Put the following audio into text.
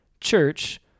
church